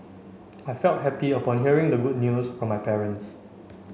I felt happy upon hearing the good news from my parents